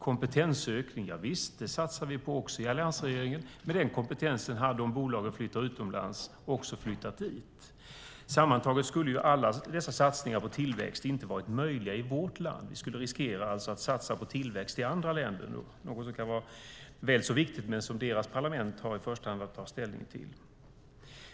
Kompetensökning satsar också alliansregeringen på. Den kompetensen hade, om bolagen flyttat utomlands, också flyttat ut. Sammantaget hade alla dessa satsningar på tillväxt inte varit möjliga i vårt land. Vi skulle alltså riskera att satsa på tillväxt i andra länder. Det kan vara väl så viktigt, men det är något som i första hand deras parlament har att ta ställning till.